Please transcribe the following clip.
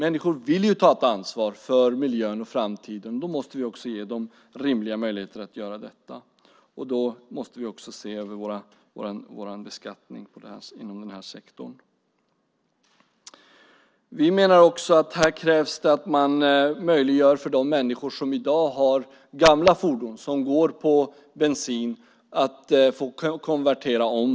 De vill ta ett ansvar för miljön och framtiden. Därför måste vi också ge dem rimliga möjligheter att göra detta, och då måste vi också se över vår beskattning inom den här sektorn. Vi menar också att det krävs att man möjliggör för de människor som i dag har gamla fordon som går på bensin att konvertera dem.